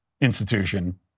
institution